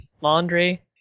Laundry